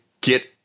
get